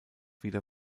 wieder